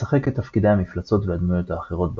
לשחק את תפקידי המפלצות והדמויות האחרות בעולם.